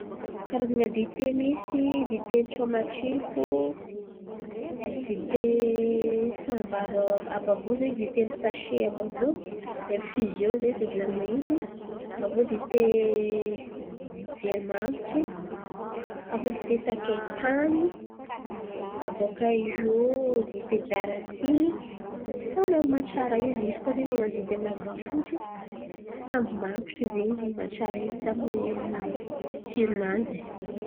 Karazan̈a dite tsaho matsiko, dite sahambavy àby àby io zen̈y, dite amin’ny sase àby àby io infizion zen̈y fivolan̈ana izy, aviô dite veromanitry, aviô dite sakaitany, abòakaio dite darasiny. Samby amy maha tsara izy. Misy zen̈y man̈ano dite amin’ny ravim-bafotsy. Samby mangitry zen̈y mahatsara izy samby amin’ny amin’ny tsironany zen̈y.